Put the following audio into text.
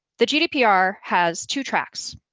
the gdpr has two tracks.